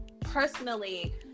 personally